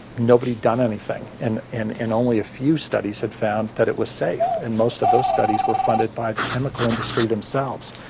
nobody had done anything, and and and only a few studies had found that it was safe. and most of those studies were funded by the chemical industry themselves.